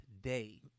day